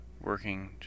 working